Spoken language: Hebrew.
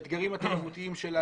באתגרים התרבותיים שלה,